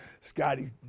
Scotty